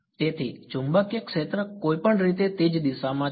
તેથી ચુંબકીય ક્ષેત્ર કોઈપણ રીતે તે જ દિશામાં છે